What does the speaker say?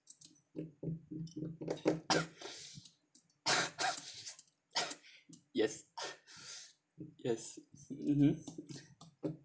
yes yes mmhmm